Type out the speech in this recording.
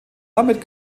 damit